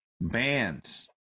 Bands